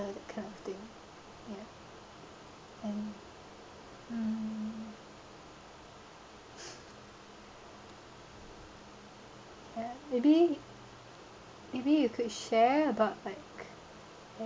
and that kind of thing and um and maybe maybe you could share about like